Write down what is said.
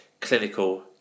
clinical